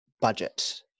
budget